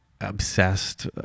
obsessed